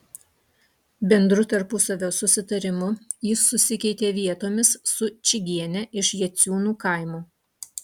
bendru tarpusavio susitarimu jis susikeitė vietomis su čigiene iš jaciūnų kaimo